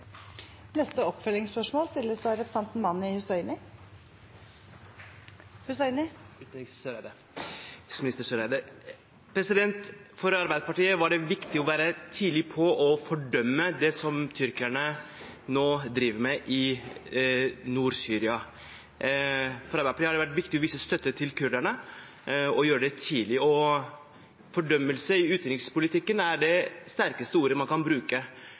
For Arbeiderpartiet var det viktig å være tidlig ute og fordømme det som tyrkerne nå driver med i Nord-Syria. For Arbeiderpartiet har det vært viktig å vise støtte til kurderne og gjøre det tidlig. «Fordømmelse» er i utenrikspolitikken det sterkeste ordet man kan bruke.